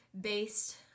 based